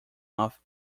off